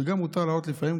וגם מותר להראות לפעמים,